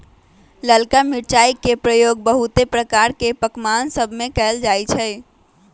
ललका मिरचाई के प्रयोग बहुते प्रकार के पकमान सभमें कएल जाइ छइ